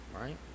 right